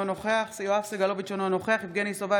אינו נוכח יואב סגלוביץ' אינו נוכח יבגני סובה,